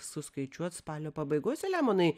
suskaičiuot spalio pabaigoj selemonai